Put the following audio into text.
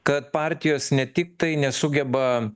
kad partijos ne tiktai nesugeba